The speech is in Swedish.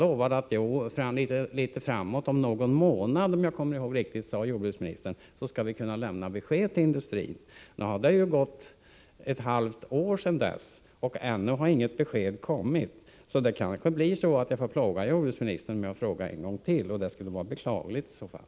Om någon månad, om jag kommer ihåg rätt, skulle man, lovade jordbruksministern, kunna lämna besked till industrin. Nu har det gått ett halvt år sedan dess och ännu har inget besked kommit. Jag kanske får plåga jordbruksministern med att fråga en gång till. Det skulle i så fall vara beklagligt.